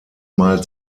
mal